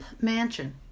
Mansion